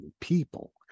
people